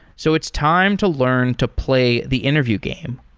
so it's time to learn to play the interview game.